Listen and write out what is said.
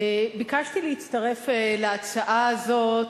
ביקשתי להצטרף להצעה הזאת